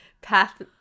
path